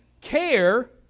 care